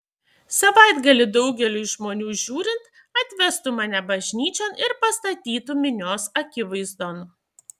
savaitgalį daugeliui žmonių žiūrint atvestų mane bažnyčion ir pastatytų minios akivaizdon